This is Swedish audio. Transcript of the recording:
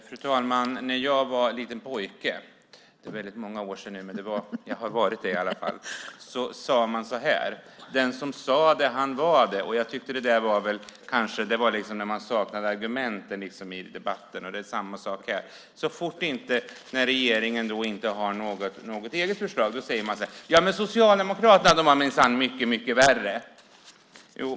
Herr talman! När jag var liten pojke - det är nu många år sedan, men en gång i tiden var jag det - brukade man säga: Den som sa det, han var det. Det sades när man saknade argument i diskussionerna. Samma sak gäller här. Så snart regeringen inte har något eget förslag säger de att Socialdemokraterna minsann var mycket värre.